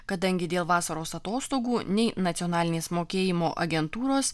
kadangi dėl vasaros atostogų nei nacionalinės mokėjimo agentūros